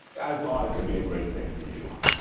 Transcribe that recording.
i thought it could be a great thing for new york.